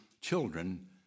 children